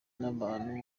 n’ahantu